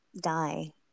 Die